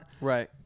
Right